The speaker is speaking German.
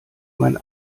mein